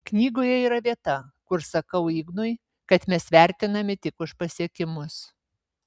knygoje yra vieta kur sakau ignui kad mes vertinami tik už pasiekimus